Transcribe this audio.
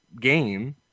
game